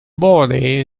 body